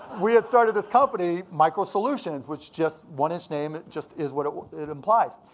we had started this company, microsolutions, which, just what it's named. it just is what it it implies.